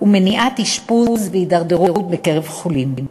ומניעת אשפוז והתדרדרות בקרב חולים.